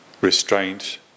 restraint